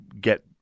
get